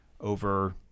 over